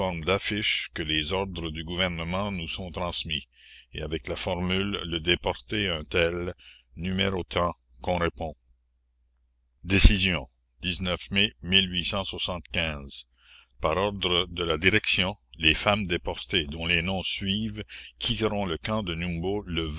d'affiches que les ordres du gouvernement nous sont transmis et avec la formule le déporté un tel n tant qu'on répond é mai ar ordre de la direction les femmes déportées dont les noms suivent quitteront le camp de numbo le